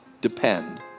depend